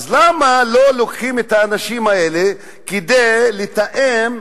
אז למה לא לוקחים את האנשים האלה כדי לתאם,